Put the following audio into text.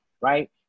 right